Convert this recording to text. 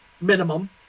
minimum